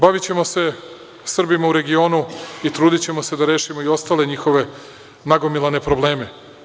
Bavićemo se Srbima u regionu i trudićemo se da rešimo i stale njihove nagomilane probleme.